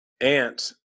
aunt